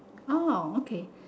orh okay